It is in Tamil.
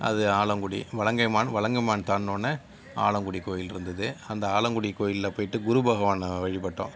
அது ஆலங்குடி வலங்கைமான் வலங்கைமான் தாண்டினவுடனே ஆலங்குடி கோவில் இருந்தது அந்த ஆலங்குடி கோவில்ல போய்ட்டு குரு பகவானை வழிபட்டோம்